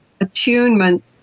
attunement